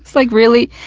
like, really?